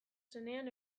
zenean